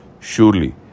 surely